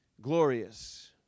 glorious